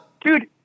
dude